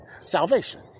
Salvation